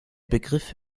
begriff